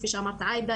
כפי שאמרת עאידה,